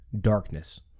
darkness